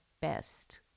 best